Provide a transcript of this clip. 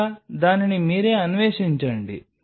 లేదా దానిని మీరే అన్వేషించండి